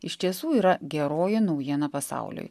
iš tiesų yra geroji naujiena pasauliui